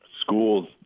schools